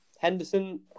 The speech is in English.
Henderson